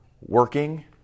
working